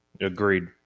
agreed